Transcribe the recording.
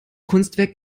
kunstwerk